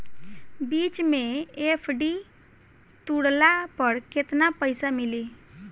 बीच मे एफ.डी तुड़ला पर केतना पईसा मिली?